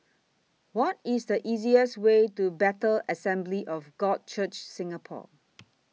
What IS The easiest Way to Bethel Assembly of God Church Singapore